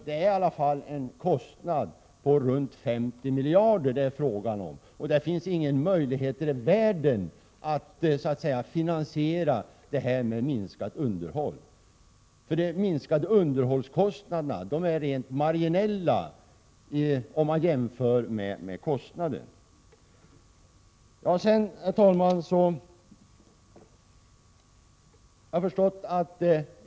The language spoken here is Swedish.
Det är i alla fall fråga om en kostnad på ca 50 miljarder, och det finns inga möjligheter i världen att finansiera det med minskat underhåll. De minskade underhållskostnaderna är rent marginella jämfört med denna kostnad. Herr talman!